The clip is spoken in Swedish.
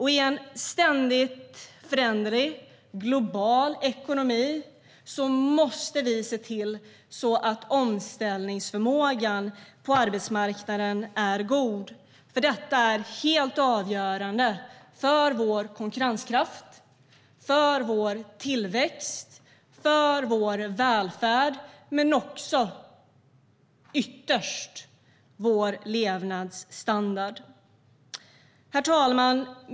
I en ständigt föränderlig global ekonomi måste vi se till att omställningsförmågan på arbetsmarknaden är god. Detta är nämligen helt avgörande för vår konkurrenskraft, för vår tillväxt och för vår välfärd - men också ytterst för vår levnadsstandard. Herr talman!